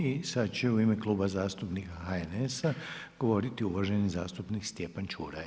I sada će u ime Kluba zastupnika HNS-a govoriti uvaženi zastupnik Stjepan Čuraj.